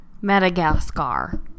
Madagascar